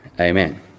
amen